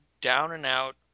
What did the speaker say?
down-and-out